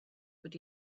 would